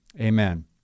Amen